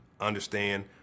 Understand